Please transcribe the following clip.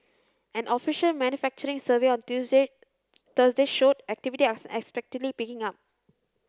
an official manufacturing survey on Tuesday Thursday showed activity unexpectedly picking up